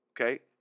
okay